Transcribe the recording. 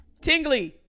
Tingly